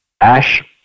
ash